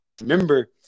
Remember